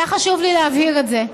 היה לי חשוב להבהיר את זה.